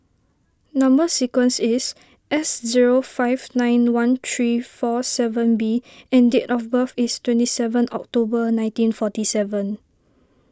Number Sequence is S zero five nine one three four seven B and date of birth is twenty seven October nineteen forty seven